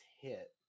hit